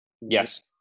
Yes